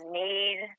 need